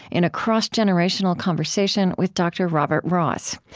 in a cross-generational conversation with dr. robert ross.